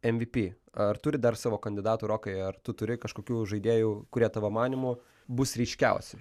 mvp ar turit dar savo kandidatų rokai ar tu turi kažkokių žaidėjų kurie tavo manymu bus ryškiausi